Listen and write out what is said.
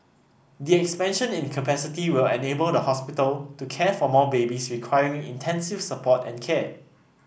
the expansion in capacity will enable the hospital to care for more babies requiring intensive support and care